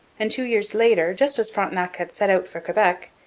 and two years later, just as frontenac had set out for quebec,